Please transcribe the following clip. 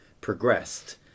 progressed